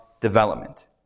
development